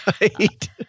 Right